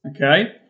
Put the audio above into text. Okay